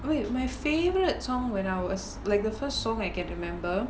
wait my favourite song when I was like the first song I can remember